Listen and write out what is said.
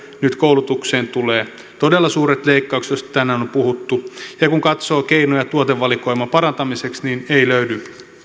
nyt koulutukseen tulee todella suuret leikkaukset joista tänään on puhuttu ja kun katsoo keinoja tuotevalikoiman parantamiseksi niin ei löydy